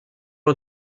est